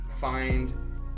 Find